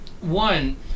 one